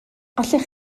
allech